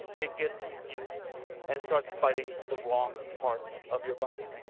it gets confused and starts fighting the wrong parts of your body?